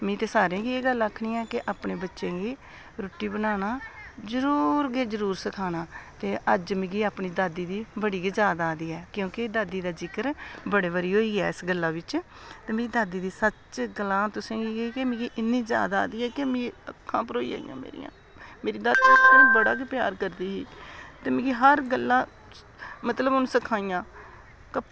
में सारें गी एह् गल्ल आक्खनी आं कि अपने बच्चें गी रुट्टी बनाना जरूर गै जरूर सखाना ऐ ते अज्ज मिगी अपनी दादी दी बड़ी गै याद आवा दी ऐ क्योंकि दादी दा जिकर बड़े बारी होई गेदा इस गल्ल बिच ते मिगी दादी दी तुसें ई सच्च गलां कि अक्खां भरोई जंदियां मेरियां मेरी दादी मिगी बड़ा गै प्यार करदी ही ते मिगी हर गल्लां मतलब उन्न सखाइयां